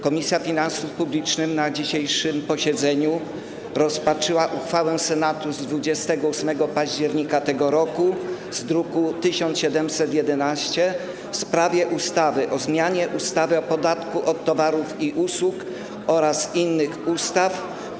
Komisja Finansów Publicznych na dzisiejszym posiedzeniu rozpatrzyła uchwałę Senatu z 28 października tego roku z druku nr 1711 w sprawie ustawy o zmianie ustawy o podatku od towarów i usług oraz niektórych innych ustaw.